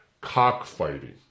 cockfighting